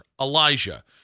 Elijah